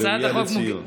היא ראויה לציון.